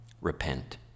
repent